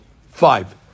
five